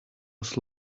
was